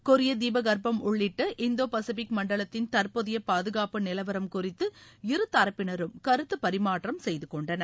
கொரிய தீபகற்பம் உள்ளிட்ட இந்தோ பசிபிக் மண்டலத்தின் தற்போதைய பாதுகாப்பு நிலவரம் குறித்து இருதரப்பினரும் கருத்துப்பரிமாற்றம் செய்துகொண்டனர்